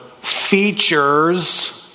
features